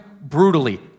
brutally